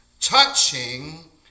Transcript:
touching